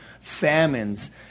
famines